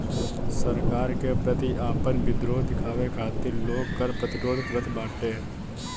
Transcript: सरकार के प्रति आपन विद्रोह दिखावे खातिर लोग कर प्रतिरोध करत बाटे